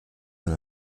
dans